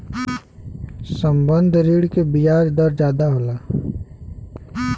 संबंद्ध ऋण के बियाज दर जादा होला